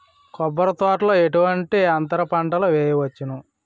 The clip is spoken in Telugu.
కొబ్బరి తోటలో ఎటువంటి అంతర పంటలు వేయవచ్చును?